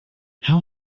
how